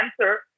answer